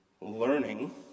learning